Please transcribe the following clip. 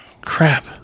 Crap